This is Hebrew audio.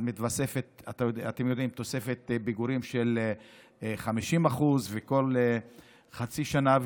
מתווספת תוספת פיגורים של 50% בכל חצי שנה.